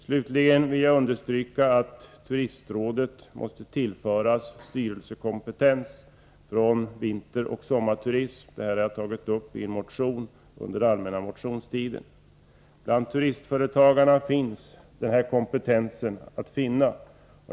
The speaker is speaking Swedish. Slutligen vill jag understryka att Turistrådet måste tillföras styrelsekompetens från vinteroch sommarturism. Detta har jag tagit upp i en motion under allmänna motionstiden. Bland turistföretagarna står denna kompetens att finna.